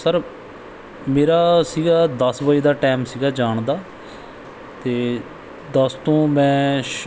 sir ਮੇਰਾ ਸੀਗਾ ਦਸ ਵਜੇ ਦਾ ਟੈਮ ਸੀਗਾ ਜਾਣ ਦਾ ਅਤੇ ਦਸ ਤੋਂ ਮੈਂ